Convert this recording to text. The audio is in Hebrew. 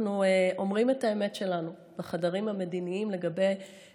אנחנו אומרים את האמת שלנו בחדרים המדיניים לגבי